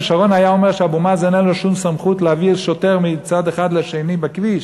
שרון היה אומר שלאבו מאזן אין סמכות להעביר שוטר מצד אחד לשני בכביש.